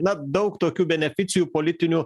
na daug tokių beneficijų politinių